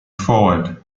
forward